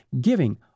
giving